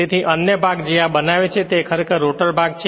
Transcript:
તેથી અન્ય ભાગ જે આ બનાવે છે તે ખરેખર રોટર ભાગ છે